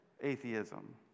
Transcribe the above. atheism